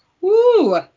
Woo